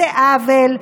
זה עוול,